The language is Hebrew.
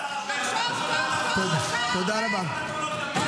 --- לאן הגענו --- תודה רבה.